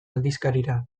aldizkarira